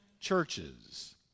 churches